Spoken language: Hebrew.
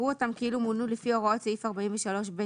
כאילו מונה לפי הוראות סעיף 43(ב2)